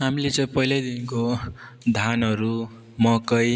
हामीले चाहिँ पहिलैदेखिको धानहरू मकै